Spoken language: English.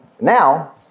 now